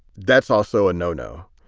that's also a no no.